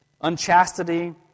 Unchastity